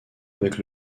avec